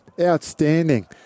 Outstanding